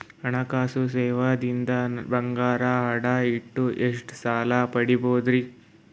ಹಣಕಾಸು ಸೇವಾ ದಿಂದ ನನ್ ಬಂಗಾರ ಅಡಾ ಇಟ್ಟು ಎಷ್ಟ ಸಾಲ ಪಡಿಬೋದರಿ?